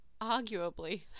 arguably